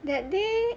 that day